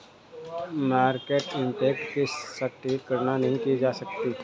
market impact की सटीक गणना नहीं की जा सकती